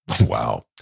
Wow